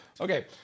Okay